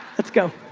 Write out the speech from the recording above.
let's go.